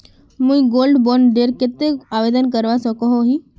मुई gold bond डेर केते आवेदन करवा सकोहो ही?